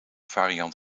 variant